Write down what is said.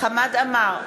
חמד עמאר,